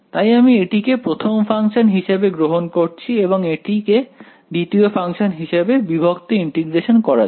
তাই আমি এটিকে প্রথম ফাংশন হিসেবে গ্রহণ করছি এবং এটিকে দ্বিতীয় ফাংশন হিসেবে বিভক্ত ইন্টিগ্রেশন করার জন্য